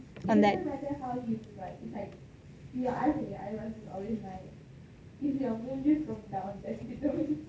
a